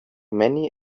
many